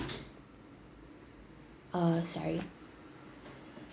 err sorry